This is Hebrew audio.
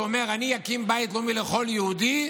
שאומר: אני אקים בית לאומי לכל יהודי,